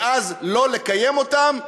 ואז לא לקיים אותן,